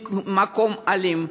מקום אלים.